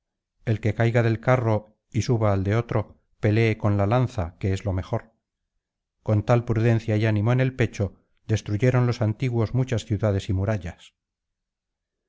el que caiga del carro y suba al de otro pelee con la lanza que es lo mejor con tal prudencia y ánimo en el pecho destruyeron los antiguos muchas ciudades y murallas